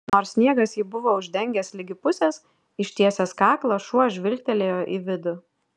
nors sniegas jį buvo uždengęs ligi pusės ištiesęs kaklą šuo žvilgtelėjo į vidų